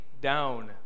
down